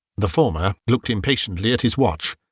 the former looked impatiently at his watch.